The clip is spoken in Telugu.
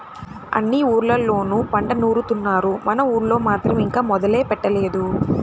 అన్ని ఊర్లళ్ళోనూ పంట నూరుత్తున్నారు, మన ఊళ్ళో మాత్రం ఇంకా మొదలే పెట్టలేదు